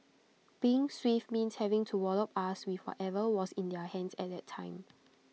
being swift means having to wallop us with whatever was in their hands at the time